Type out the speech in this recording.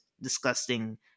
disgusting